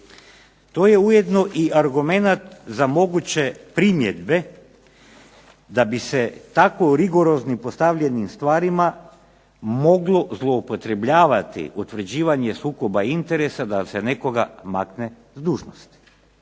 To je ujedno i argumenat za moguće primjedbe da bi se tako rigoroznim postavljenim stvarima moglo zloupotrebljavati utvrđivanje sukoba interesa da se nekoga makne s dužnosti.